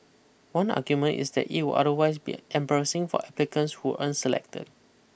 one argument is that it would otherwise be embarrassing for applicants who aren't selected